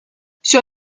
sur